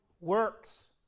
works